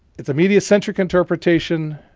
it's a media centric interpretation,